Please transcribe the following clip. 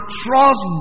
trust